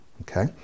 okay